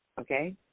okay